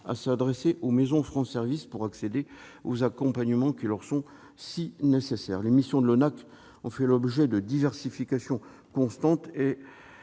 à s'adresser aux maisons France services pour accéder aux accompagnements qui leur sont si nécessaires ? Les missions de l'ONAC-VG ont fait l'objet d'une diversification constante.